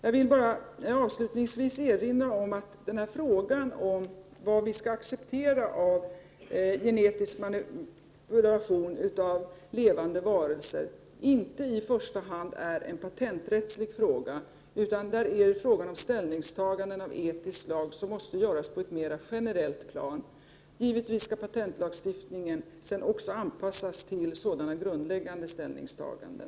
Avslutningsvis vill jag bara erinra om att frågan om vad vi skall acceptera av genetisk manipulation av levande varelser inte i första hand är en patenträttslig fråga, utan det är fråga om ställningstaganden av etiskt slag, som måste göras på ett mera generellt plan. Givetvis skall sedan också patentlagstiftningen anpassas till sådana grundläggande ställningstaganden.